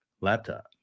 laptop